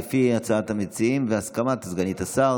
ולפי הצעת המציעים והסכמת סגנית השר,